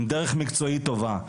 עם דרך מקצועית טובה,